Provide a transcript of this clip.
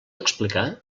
explicar